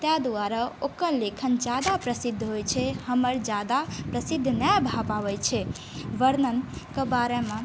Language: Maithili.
ताहि दुआरे ओकर लेखन ज्यादा प्रसिद्ध होइ छै हमर ज्यादा प्रसिद्ध नहि भऽ पाबै छै वर्णनके बारेमे